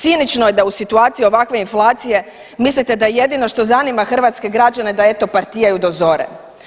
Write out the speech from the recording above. Cinično je da u situaciji ovakve inflacije mislite da jedino što zanima hrvatske građane da eto partijaju do zore.